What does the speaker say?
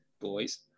boys